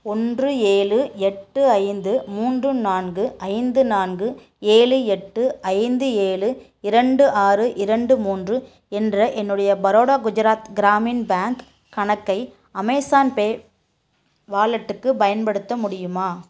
ஒன்று ஏழு எட்டு ஐந்து மூன்று நான்கு ஐந்து நான்கு ஏழு எட்டு ஐந்து ஏழு இரண்டு ஆறு இரண்டு மூன்று என்ற என்னுடைய பரோடா குஜராத் கிராமின் பேங்க் கணக்கை அமேஸான் பே வாலெட்டுக்கு பயன்படுத்த முடியுமா